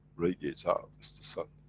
radiates out, it's the sun.